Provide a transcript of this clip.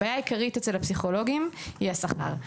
הבעיה העיקרית אצל הפסיכולוגים היא השכר.